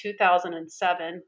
2007